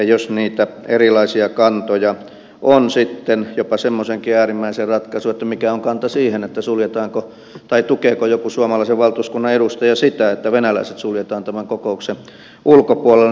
jos niitä erilaisia kantoja on niin mikä on kanta siihen tukeeko joku suomalaisen valtuuskunnan edustaja sitten jopa semmoistakin äärimmäistä ratkaisua että venäläiset suljetaan tämän kokouksen ulkopuolelle